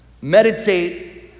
meditate